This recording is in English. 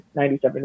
97